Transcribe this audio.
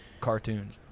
Cartoons